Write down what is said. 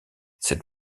cette